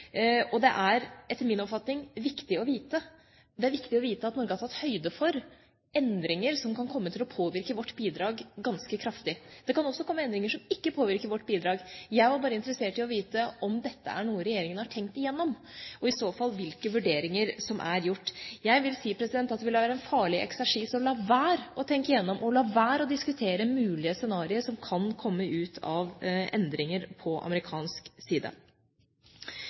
og i så fall hvilke vurderinger som er gjort. Jeg vil si at det vil være en farlig eksersis å la være å tenke gjennom og å la være å diskutere mulige scenarioer som kan komme ut av endringer på amerikansk side.